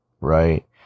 right